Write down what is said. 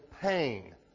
pain